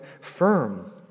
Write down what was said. firm